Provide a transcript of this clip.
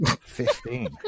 Fifteen